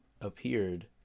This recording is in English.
appeared